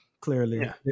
Clearly